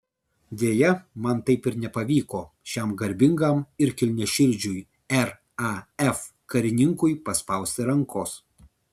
deja man taip ir nepavyko šiam garbingam ir kilniaširdžiui raf karininkui paspausti rankos